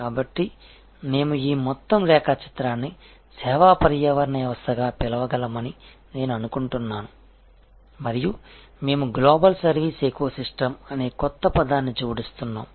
కాబట్టి మేము ఈ మొత్తం రేఖాచిత్రాన్ని సేవా పర్యావరణ వ్యవస్థగా పిలవగలమని నేను అనుకుంటున్నాను మరియు మేము గ్లోబల్ సర్వీస్ ఎకోసిస్టమ్ అనే కొత్త పదాన్ని జోడిస్తున్నాము